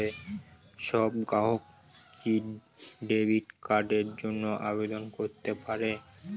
সব গ্রাহকই কি ডেবিট কার্ডের জন্য আবেদন করতে পারে?